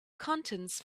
contents